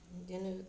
बिदिनो